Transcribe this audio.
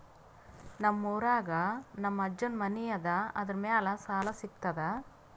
ನಮ್ ಊರಾಗ ನಮ್ ಅಜ್ಜನ್ ಮನಿ ಅದ, ಅದರ ಮ್ಯಾಲ ಸಾಲಾ ಸಿಗ್ತದ?